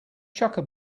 chukka